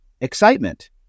excitement